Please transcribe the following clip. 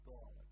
God